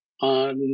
on